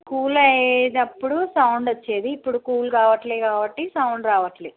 cool అయ్యేటప్పుడు sound వచ్చేది ఇప్పుడు కూల్ కావట్లే కాబట్టి సౌండ్ రావట్లే